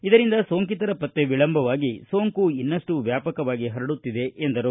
ಇದರಿಂದ ಸೋಂಕಿತರ ಪತ್ತೆ ವಿಳಂಬವಾಗಿ ಸೋಂಕು ಇನ್ನಷ್ಟು ವ್ಯಾಪಕವಾಗಿ ಪರಡುತ್ತಿದೆ ಎಂದರು